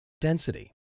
density